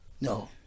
No